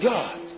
God